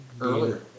earlier